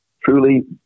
truly